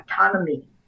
autonomy